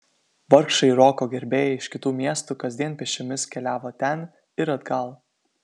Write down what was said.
vargšai roko gerbėjai iš kitų miestų kasdien pėsčiomis keliavo ten ir atgal